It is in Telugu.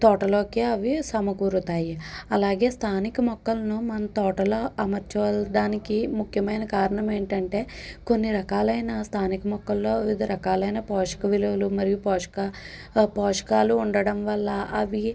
తోటలోకి అవి సమకూరుతాయి అలాగే స్థానిక మొక్కలను మన తోటలో అమర్చడానికి ముఖ్యమైన కారణం ఏంటంటే కొన్ని రకాలైన స్థానిక మొక్కల్లో వివిధ రకాలైన పోషక విలువలు మరియు పోషక పోషకాలు ఉండడంవల్ల అవి